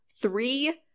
three